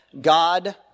God